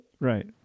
Right